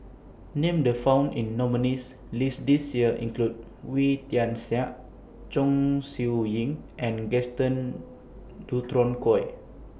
Names The found in nominees' list This Year include Wee Tian Siak Chong Siew Ying and Gaston Dutronquoy